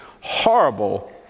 horrible